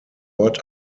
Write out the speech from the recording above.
ort